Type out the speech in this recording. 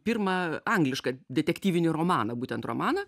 pirmą anglišką detektyvinį romaną būtent romaną